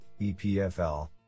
EPFL